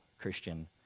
Christian